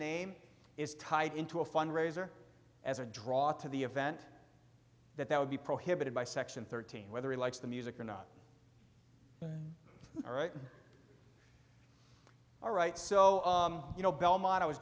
name is tied into a fund raiser as a draw to the event that that would be prohibited by section thirteen whether he likes the music or not all right so you know belmont i was